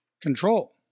control